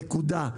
נקודה.